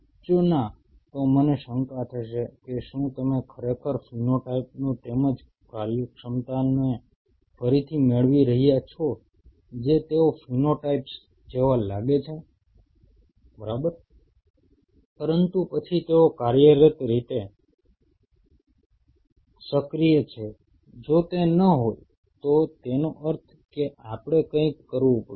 જો ના તો મને શંકા થશે કે શું તમે ખરેખર ફિનોટાઇપનો તેમજ કાર્યક્ષમતાને ફરીથી મેળવી રહ્યા છો જે તેઓ ફિનોટાઇપ્સ જેવા લાગે છે બરાબર પરંતુ પછી તેઓ કાર્યરત રીતે સક્રિય છે જો તે ન હોય તો તેનો અર્થ એ કે આપણે કંઈક કરવું પડશે